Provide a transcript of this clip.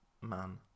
man